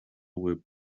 will